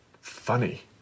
funny